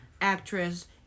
actress